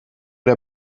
der